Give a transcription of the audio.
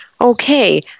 Okay